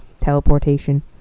teleportation